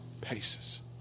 paces